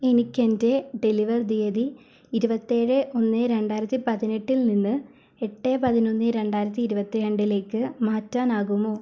എനിക്ക് എൻ്റെ ഡെലിവർ തീയതി ഇരുപത്തി ഏഴ് ഒന്ന് രണ്ടായിരത്തി പതിനെട്ടിൽ നിന്ന് എട്ട് പതിനൊന്ന് രണ്ടായിരത്തി ഇരുപത്തി രണ്ടിലേക്ക് മാറ്റാനാകുമോ